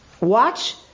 Watch